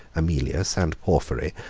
amelius, and porphyry,